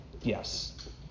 yes